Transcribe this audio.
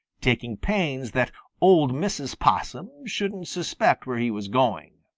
taking pains that old mrs. possum shouldn't suspect where he was going.